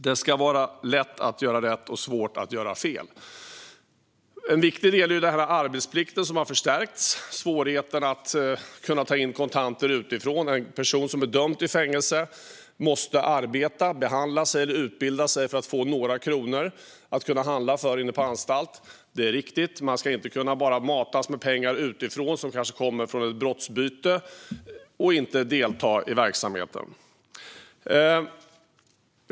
Det ska vara lätt att göra rätt och svårt att göra fel. En viktig del i detta är arbetsplikten som har förstärkts och svårigheten att kunna ta in kontanter utifrån. En person som är dömd till fängelse måste arbeta, behandlas eller utbilda sig för att få några kronor att kunna handla för inne på anstalten. Det är riktigt. Man ska inte bara kunna matas med pengar utifrån, som kanske kommer från ett brottsbyte, och inte delta i verksamheten.